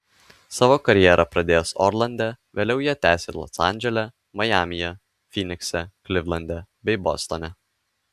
savo karjerą pradėjęs orlande vėliau ją tęsė los andžele majamyje fynikse klivlande bei bostone